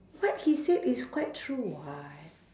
what he said is quite true [what]